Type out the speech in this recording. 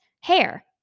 hair